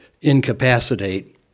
incapacitate